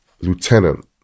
lieutenant